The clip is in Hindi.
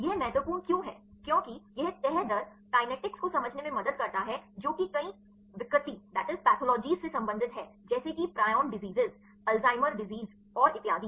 यह महत्वपूर्ण क्यों है क्योंकि यह तह दर कीनेटीक्स को समझने में मदद करता है जो कि कई विकृति से संबंधित है जैसे कि प्रिजन रोग अल्जाइमर रोग और इतियादी